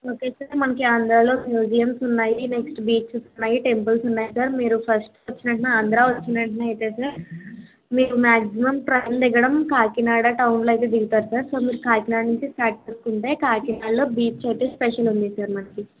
okay sir మనకి ఆంధ్రాలో museums ఉన్నాయి నెక్స్ట్ బీచెస్ ఉన్నాయి టెంపుల్స్ ఉన్నాయి సార్ మీరు ఫస్ట్ వచ్చిన వెంటనే ఆంధ్ర వచ్చిన వెంటనే అయితే సార్ మీరు మాక్సిమమ్ ట్రైన్ దిగడం కాకినాడ టౌన్లో అయితే దిగుతారు సార్ సో మీరు కాకినాడ నుంచి స్టార్ట్ చేసుకుంటే కాకినాడలో బీచ్ అయితే స్పెషల్ ఉంది సార్ మనకి